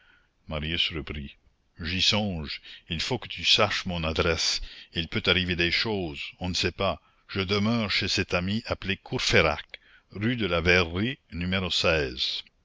marius reprit j'y songe il faut que tu saches mon adresse il peut arriver des choses on ne sait pas je demeure chez cet ami appelé courfeyrac rue de la verrerie numéro